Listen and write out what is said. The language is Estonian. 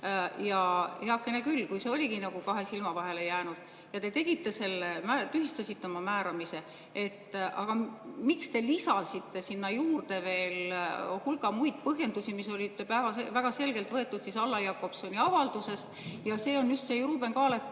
teinud? Heakene küll, kui see oligi nagu kahe silma vahele jäänud ja te tegite selle, tühistasite selle määramise, aga miks te lisasite sinna juurde veel hulga põhjendusi, mis olid väga selgelt võetud Alla Jakobsoni avaldusest? Just see on Ruuben Kaalepi